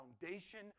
foundation